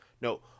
No